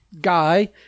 guy